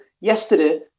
Yesterday